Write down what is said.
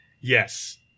Yes